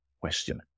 question